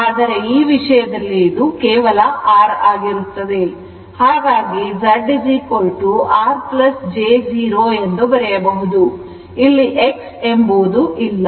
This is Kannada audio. ಆದರೆ ಈ ವಿಷಯದಲ್ಲಿ ಇದು ಕೇವಲ R ಆಗಿರುತ್ತದೆ ಹಾಗಾಗಿ Z R j 0 ಎಂದು ಬರೆಯಬಹುದು ಇಲ್ಲಿ X ಎಂಬುದು ಇಲ್ಲ